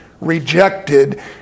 rejected